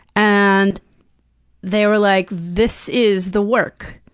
and they were like, this is the work,